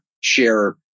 share